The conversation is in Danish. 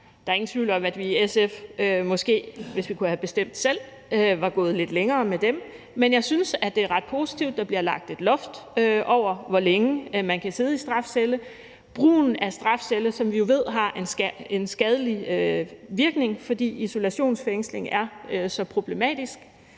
Der er ingen tvivl om, at vi i SF – måske, hvis vi kunne have bestemt selv – var gået lidt længere med dem, men jeg synes, det er ret positivt, at der bliver lagt et loft over, hvor længe man kan sidde i strafcelle. Brugen af strafcelle, som vi jo ved har en skadelig virkning, fordi isolationsfængsling er så problematisk,